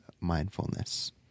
mindfulness